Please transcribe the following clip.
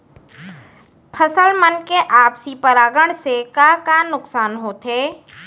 फसल मन के आपसी परागण से का का नुकसान होथे?